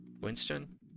Winston